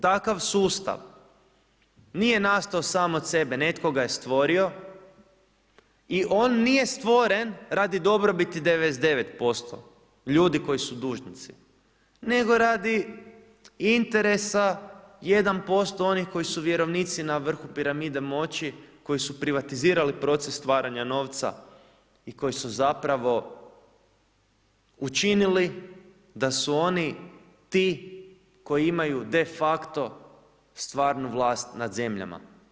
Takav sustav nije nastao sam od sebe, netko ga je stvorio i on nije stvoren radi dobrobiti 99% ljudi koji su dužnici nego radi interesa 1% onih koji su vjerovnici na vrhu piramide moći, koji su privatizirali proces stvaranja novca i koji su zapravo učinili da su oni ti koji imaju de facto stvarnu vlast nad zemljama.